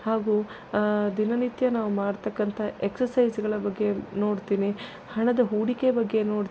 ಹಾಗೂ ದಿನನಿತ್ಯ ನಾವು ಮಾಡತಕ್ಕಂಥ ಎಕ್ಸಸೈಝ್ಗಳ ಬಗ್ಗೆ ನೋಡ್ತೀನಿ ಹಣದ ಹೂಡಿಕೆ ಬಗ್ಗೆ ನೋಡ್ತೀನಿ